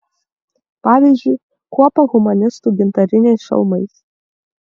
pavyzdžiui kuopą humanistų gintariniais šalmais